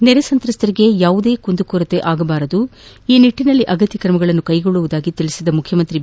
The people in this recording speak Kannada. ನೆರೆ ಸಂತಸ್ಟರಿಗೆ ಯಾವುದೇ ಕುಂದುಕೊರತೆ ಆಗಬಾರದು ಈ ನಿಟ್ಟಿನಲ್ಲಿ ಅಗತ್ಯ ಕ್ರಮಗಳನ್ನು ಕೈಗೊಳ್ಳುವುದಾಗಿ ತಿಳಿಸಿದ ಮುಖ್ಯಮಂತ್ರಿ ಬಿ